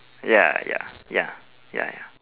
ya ya ya ya ya